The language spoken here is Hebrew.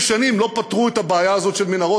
שנים לא פתרו את הבעיה הזאת של מנהרות,